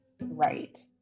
right